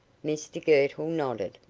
mr girtle nodded.